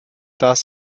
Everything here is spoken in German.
das